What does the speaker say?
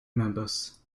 members